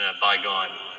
bygone